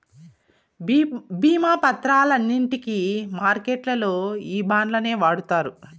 భీమా పత్రాలన్నింటికి మార్కెట్లల్లో ఈ బాండ్లనే వాడుతారు